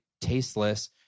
tasteless